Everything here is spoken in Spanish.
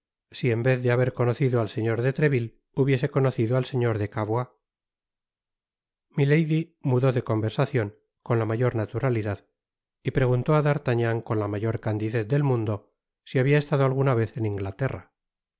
si en véfc de haber conocido al señor de treville hubiese conocido al señor de cavoiá milady mudó de conversacion con la mayor naturalidad y preguntó á d'artagnan con la mayor candidez del mundo si habia estado alguna vez en inglaterra